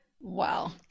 Wow